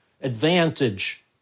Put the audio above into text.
advantage